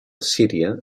síria